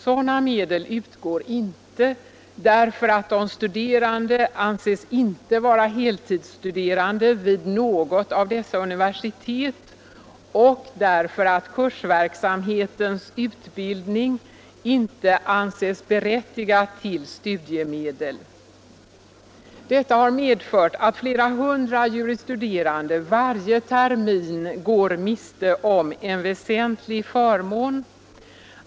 Sådana medel utgår inte, därför att de studerande inte 121 anses vara heltidsstuderande vid något av dessa universitet, och därför att Kursverksamhetens utbildning inte anses berättiga till studiemedel. Detta har medfört att flera hundra juris studerande varje termin går miste om en väsentlig förmån.